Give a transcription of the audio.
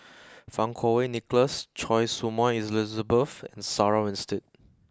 Fang Kuo Wei Nicholas Choy Su Moi Elizabeth and Sarah Winstedt